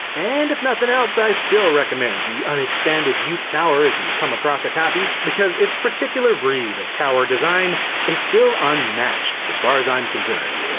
and if nothing else, i still recommend the unexpanded yoot tower if you across a copy, because its particular breed of tower design is still unmatched as far as i'm concerned.